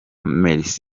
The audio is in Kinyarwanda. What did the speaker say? mercy